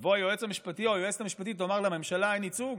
יבוא היועץ המשפטי או היועצת המשפטית ותאמר שלממשלה אין ייצוג?